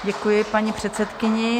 Děkuji paní předsedkyni.